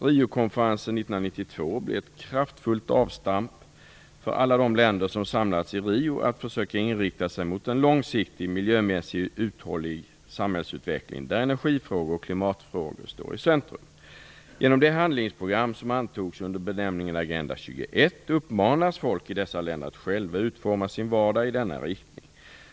Riokonferensen 1992 blev ett kraftfullt avstamp för alla de länder som samlats i Rio att försöka inrikta sig mot en långsiktig miljömässigt uthållig samhällsutveckling, där energifrågor och klimatfrågor står i centrum. Genom det handlingsprogram som antogs under benämningen Agenda 21, uppmanas folk i dessa länder att själva utforma sin vardag i denna riktning.